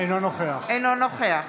אינו נוכח